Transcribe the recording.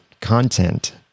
content